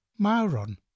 Mauron